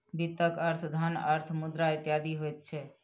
वित्तक अर्थ धन, अर्थ, मुद्रा इत्यादि होइत छै